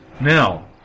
Now